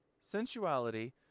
sensuality